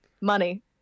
money